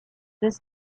this